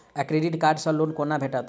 Credit card सँ loan कोना भेटत?